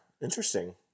interesting